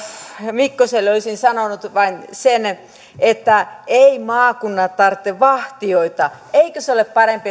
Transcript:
mikkoselle olisin sanonut vain sen että eivät maakunnat tarvitse vahtijoita eikö se ole parempi